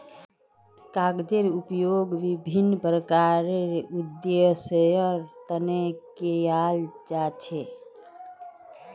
कागजेर उपयोग विभिन्न प्रकारेर उद्देश्येर तने कियाल जा छे